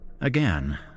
Again